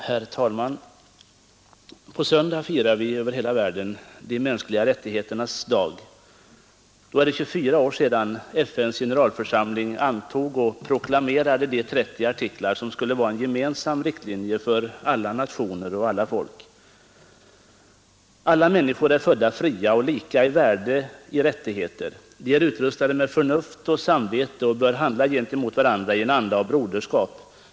Herr talman! På söndag firas över hela världen de mänskliga rättigheternas dag. Då är det 24 år sedan FN:s generalförsamling antog och proklamerade de 30 artiklar som skulle vara en gemensam riktlinje för alla nationer och folk. Alla människor är födda fria och lika i värde och rättigheter. De är utrustade med förnuft och samvete och bör handla gentemot varandra i en anda av broderskap.